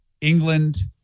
England